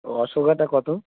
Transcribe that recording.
ও অশোকাটা কত